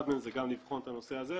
אחד מהם זה גם לבחון את הנושא הזה,